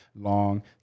long